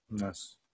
yes